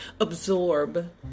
absorb